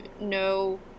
no